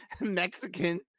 Mexican